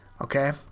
Okay